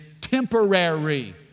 temporary